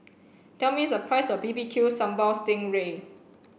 tell me the price of B B Q Sambal Sting Ray